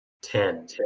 ten